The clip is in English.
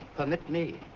permit me.